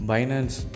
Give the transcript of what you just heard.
Binance